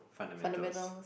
fundamentals